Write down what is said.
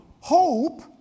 hope